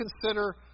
consider